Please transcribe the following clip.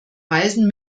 reisen